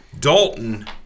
Dalton